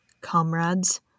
comrades